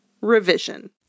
Revision